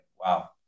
Wow